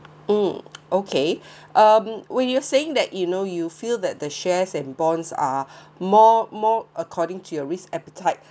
mm okay um when you saying that you know you feel that the shares and bonds are more more according to your risk appetite